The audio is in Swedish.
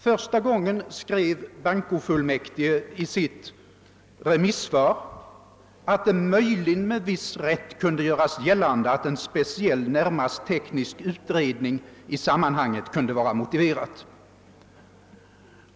Första gången skrev bankofullmäktige i sitt remissvar att »det möjligen med viss rätt kunde göras gällande, att en speciell,, närmast teknisk utredning i sammanhanget kunde vara motiverad».